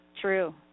True